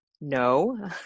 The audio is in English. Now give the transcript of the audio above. no